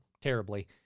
terribly